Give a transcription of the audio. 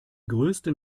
größten